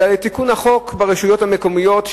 אלא תיקון חוק הרשויות המקומיות,